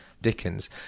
dickens